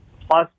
plus